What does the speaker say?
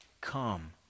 come